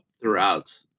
throughout